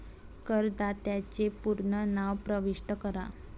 करदात्याचे पूर्ण नाव प्रविष्ट करा